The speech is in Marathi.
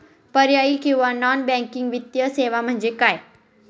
पर्यायी किंवा नॉन बँकिंग वित्तीय सेवा म्हणजे काय?